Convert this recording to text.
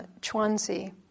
Chuanzi